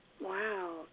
Wow